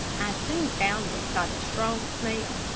i soon found it by the strong smell,